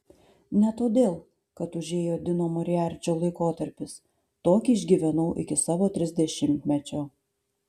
ne todėl kad užėjo dino moriarčio laikotarpis tokį išgyvenau iki savo trisdešimtmečio